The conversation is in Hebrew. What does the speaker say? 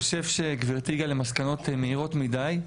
אני חושב שגבירתי הגיעה למסקנות מהירות מידי.